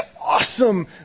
awesome